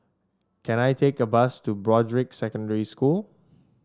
can I take a bus to Broadrick Secondary School